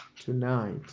tonight